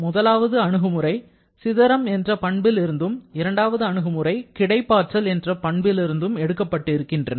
முதலாவது அணுகுமுறை சிதறம் என்ற பண்பில் இருந்தும் இரண்டாவது அணுகுமுறை கிடைப்பாற்றல் என்ற பண்பில் இருந்தும் எடுக்கப்பட்டிருக்கின்றன